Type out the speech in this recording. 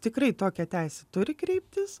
tikrai tokią teisę turi kreiptis